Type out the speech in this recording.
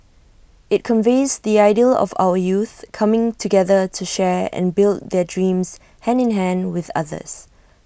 IT conveys the ideal of our youth coming together to share and build their dreams hand in hand with others